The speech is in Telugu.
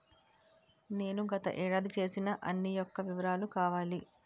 నేను గత ఏడాది చేసిన అన్ని యెక్క వివరాలు కావాలి?